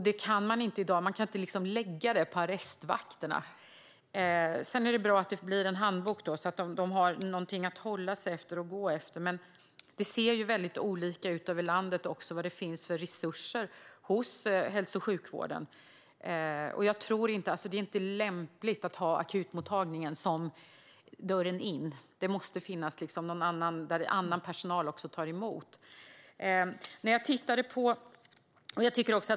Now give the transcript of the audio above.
Det kan man inte ge i dag; man kan inte lägga det på arrestvakterna. Det är bra att det finns en handbok, så att de har någonting att hålla sig till och gå efter. Men det ser ju väldigt olika ut över landet gällande vilka resurser som finns hos hälso och sjukvården. Det är inte lämpligt att ha akutmottagningen som dörren in. Det måste finnas någonstans där annan personal tar emot.